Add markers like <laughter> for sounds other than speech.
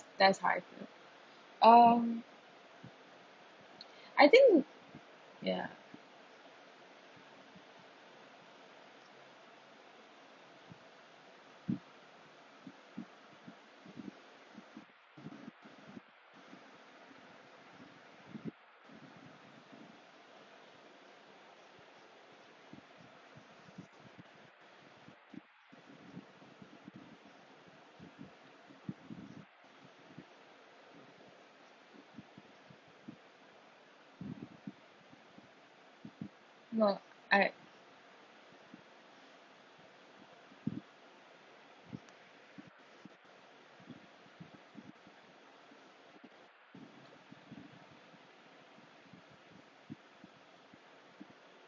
that's how I feel um <breath> I think ya no I